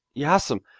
yas'm.